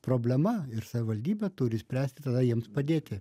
problema ir savivaldybė turi spręsti tada jiems padėti